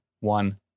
one